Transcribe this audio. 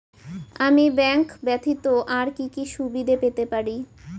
আমি ব্যাংক ব্যথিত আর কি কি সুবিধে পেতে পারি?